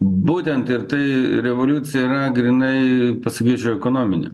būtent ir tai revoliucija yra grynai pasakyčiau ekonominė